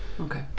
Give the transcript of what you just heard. Okay